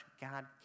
God